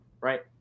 Right